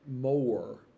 more